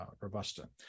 Robusta